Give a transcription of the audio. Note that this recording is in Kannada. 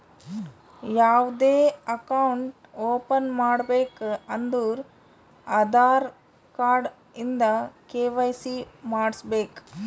ಯಾವ್ದೇ ಅಕೌಂಟ್ ಓಪನ್ ಮಾಡ್ಬೇಕ ಅಂದುರ್ ಆಧಾರ್ ಕಾರ್ಡ್ ಇಂದ ಕೆ.ವೈ.ಸಿ ಮಾಡ್ಸಬೇಕ್